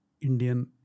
Indian